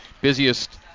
Busiest